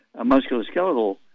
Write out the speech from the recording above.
Musculoskeletal